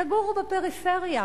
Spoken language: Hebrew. תגורו בפריפריה.